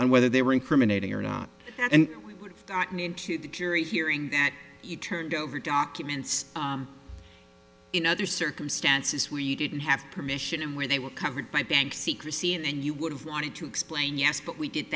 on whether they were incriminating or not and we would not need to the jury hearing that you turned over documents in other circumstances where you didn't have permission and where they were covered by bank secrecy and then you would have wanted to explain yes but we